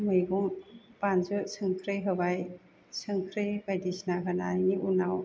मैगं बानलु संख्रि होबाय संख्रि बायदिसिना होनायनि उनाव